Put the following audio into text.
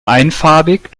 einfarbig